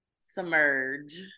submerge